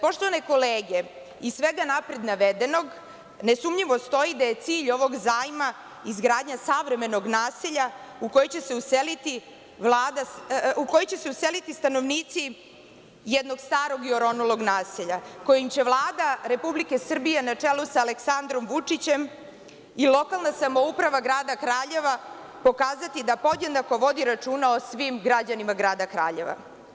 Poštovane kolege, iz svega napred navedenog nesumnjivo stoji da je cilj ovog zajma izgradnja savremenog naselja u koje će se useliti stanovnici jednog starog i oronulog naselja, kojim će Vlada Republike Srbije na čelu sa Aleksandrom Vučićem i lokalna samouprava grada Kraljeva pokazati da podjednako vodi računa o svim građanima grada Kraljeva.